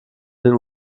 den